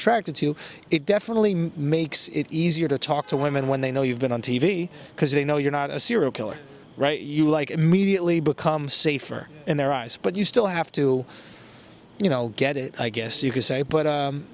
attracted to it definitely makes it easier to talk to women when they know you've been on t v because they know you're not a serial killer right you like immediately become safer in their eyes but you still have to you know get it i guess you could say but